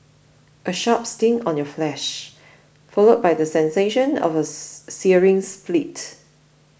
a sharp sting on your flesh followed by the sensation of a searing split